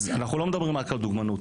אנחנו לא מדברים רק על דוגמנות